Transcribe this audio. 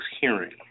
hearing